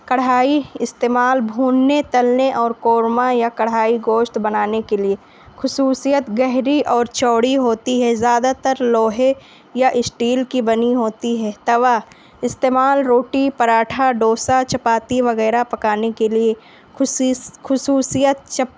کڑھائی استعمال بھوننے تلنے اور قورمہ یا کڑھائی گوشت بنانے کے لیے خصوصیت گہری اور چوڑی ہوتی ہے زیادہ تر لوہے یا اسٹیل کی بنی ہوتی ہے توا استعمال روٹی پراٹھا ڈوسا چپاتی وغیرہ پکانے کے لیے خوشی خصوصیت چپ